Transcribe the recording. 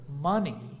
money